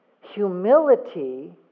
humility